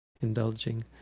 indulging